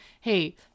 Hey